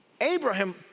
Abraham